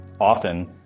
often